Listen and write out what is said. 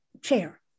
chair